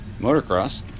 motocross